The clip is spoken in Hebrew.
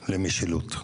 למשילות.